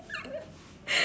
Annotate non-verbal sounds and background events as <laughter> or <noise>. <laughs>